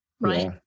right